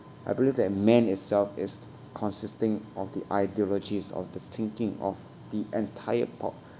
I believe that men itself is consisting of the ideologies of the thinking of the entire po~